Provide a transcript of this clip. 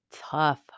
tough